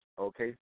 okay